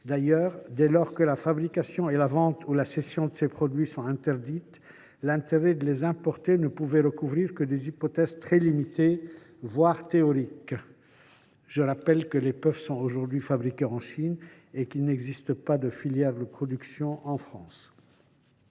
D’ailleurs, dès lors que la fabrication et la vente ou la cession de ces produits sont interdites, l’intérêt de les importer ne pourrait recouvrir que des hypothèses très limitées, voire théoriques. Je rappelle que les puffs sont aujourd’hui fabriquées en Chine et qu’il n’existe pas de filière de production en France.